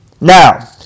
Now